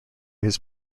his